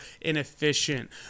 inefficient